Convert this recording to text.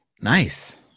Nice